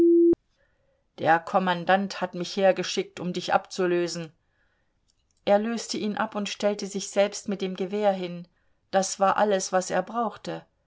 der kommandant hat mich hergeschickt um dich abzulösen er löste ihn ab und stellte sich selbst mit dem gewehr hin das war alles was er brauchte